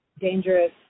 dangerous